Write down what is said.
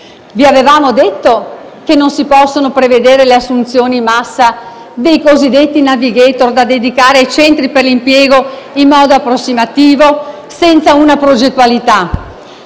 Vi avevamo anche detto che non si possono prevedere le assunzioni in massa dei cosiddetti *navigator* da dedicare ai centri per l'impiego in modo approssimativo, senza una progettualità.